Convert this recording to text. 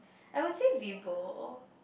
I would say